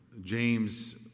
James